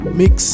mix